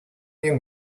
new